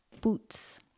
boots